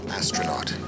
astronaut